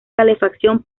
calefacción